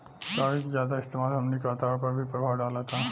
कागज के ज्यादा इस्तेमाल हमनी के वातावरण पर भी प्रभाव डालता